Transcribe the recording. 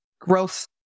growth